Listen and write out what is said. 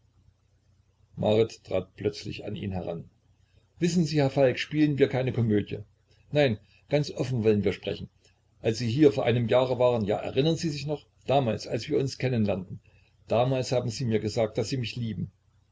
marit trat plötzlich an ihn heran wissen sie herr falk spielen wir keine komödie nein ganz offen wollen wir sprechen als sie hier vor einem jahre waren ja erinnern sie sich noch damals als wir uns kennen lernten damals haben sie mir gesagt daß sie mich lieben